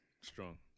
Strong